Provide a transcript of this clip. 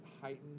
heightened